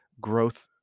growth